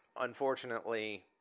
unfortunately